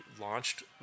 launched